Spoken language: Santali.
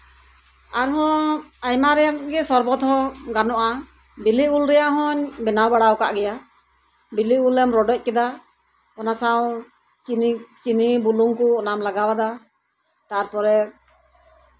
ᱟᱨᱦᱚᱸ ᱟᱭᱢᱟ ᱨᱮᱭᱟᱜ ᱜᱮ ᱥᱚᱨᱵᱚᱛ ᱦᱚᱸ ᱜᱟᱱᱚᱜᱼᱟ ᱵᱤᱞᱤ ᱩᱞ ᱨᱮᱭᱜ ᱦᱚᱧ ᱵᱮᱱᱟᱣ ᱵᱟᱲᱟ ᱠᱟᱜ ᱜᱮᱭᱟ ᱵᱤᱞᱤ ᱩᱞ ᱮᱢ ᱨᱚᱰᱚᱪ ᱠᱮᱫᱟ ᱚᱱᱟ ᱥᱟᱶ ᱪᱤᱱᱤ ᱵᱩᱞᱩᱝ ᱠᱚ ᱚᱱᱟᱢ ᱞᱟᱜᱟᱣ ᱟᱫᱟ ᱛᱟᱨᱯᱚᱨᱮ